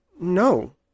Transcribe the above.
No